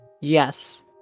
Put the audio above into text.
Yes